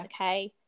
okay